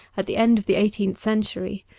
at the end of the eighteenth century,